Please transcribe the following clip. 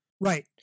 Right